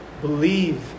believe